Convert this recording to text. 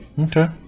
Okay